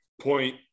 point